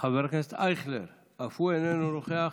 חבר הכנסת אייכלר, אף הוא איננו נוכח,